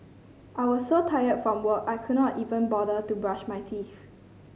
I was so tired from work I could not even bother to brush my teeth